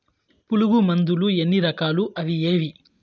పులుగు మందులు ఎన్ని రకాలు అవి ఏవి?